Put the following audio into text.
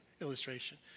illustration